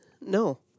No